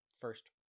first